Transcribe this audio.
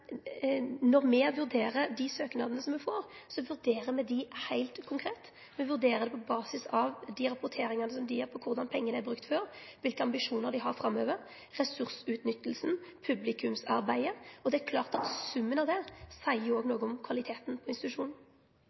når me vurderer dei søknadene me får, vurderer me dei heilt konkret. Me vurderer dei på basis av rapporteringane deira om korleis pengane er brukte før, kva for ambisjonar dei har framover, ressursutnyttinga og publikumsarbeidet. Det er klart at summen av det seier også noko om kvaliteten på institusjonen.